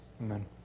Amen